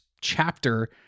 chapter